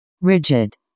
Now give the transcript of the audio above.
Rigid